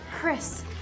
Chris